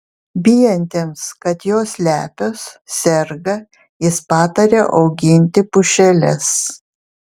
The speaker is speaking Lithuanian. bijantiems kad jos lepios serga jis pataria auginti pušeles